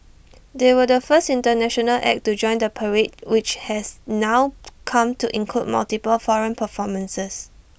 they were the first International act to join the parade which has now come to include multiple foreign performances